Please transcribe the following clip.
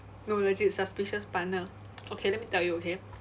no legit suspicious partner okay let me tell you okay